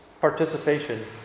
participation